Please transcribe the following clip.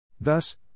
Thus